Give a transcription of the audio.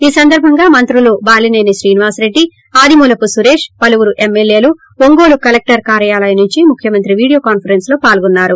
ఈ సందర్బంగా మంత్రులు బాలీనేని శ్రీనివాసరెడ్డి ఆదిమూలపు సురేష్ పలువురు ఎమ్మెల్యేలు ఒంగోలు కలెక్టర్ కార్యాలయం నుంచి ముఖ్యమంత్రి వీడియో కాన్సరెన్స్ లో పాల్గొన్సారు